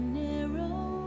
narrow